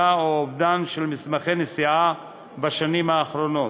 או אובדן של מסמכי נסיעה בשנים האחרונות.